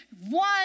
One